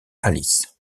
alice